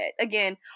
Again